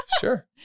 Sure